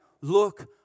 look